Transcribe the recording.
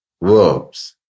verbs